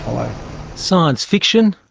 science fiction,